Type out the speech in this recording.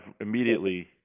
immediately